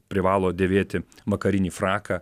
privalo dėvėti vakarinį fraką